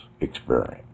experience